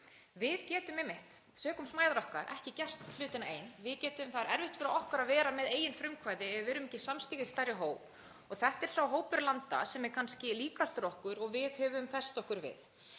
Við getum einmitt sökum smæðar okkar ekki gert hlutina ein. Það er erfitt fyrir okkur að vera með eigið frumkvæði ef við erum ekki samstiga í stærri hóp og þetta er sá hópur landa sem er kannski líkastur okkur og við höfum fest okkur við.